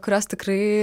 kurios tikrai